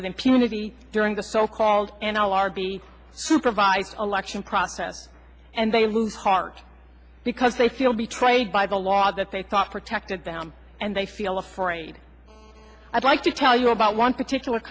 impunity during the so called end l r b to provide election process and they lose heart because they feel betrayed by the law that they thought protected them and they feel afraid i'd like to tell you about one particular